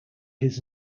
his